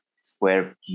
square